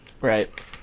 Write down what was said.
Right